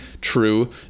true